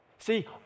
See